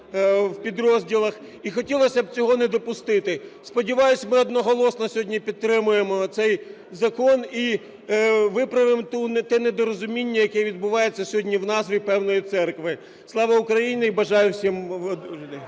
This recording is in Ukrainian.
в підрозділах, і хотілося б цього не допустити. Сподіваюся, ми одноголосно сьогодні підтримаємо цей закон і виправимо те недорозуміння, яке відбувається сьогодні у назві певної церкви. Слава Україні! І бажаю всім… ГОЛОВУЮЧИЙ.